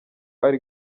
ari